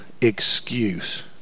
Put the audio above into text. excuse